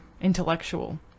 intellectual